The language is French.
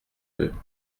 deux